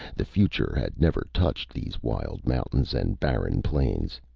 the future had never touched these wild mountains and barren plains.